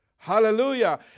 Hallelujah